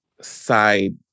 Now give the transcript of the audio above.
side